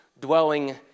dwelling